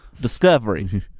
Discovery